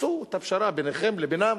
ימצאו את הפשרה ביניכם לבינם.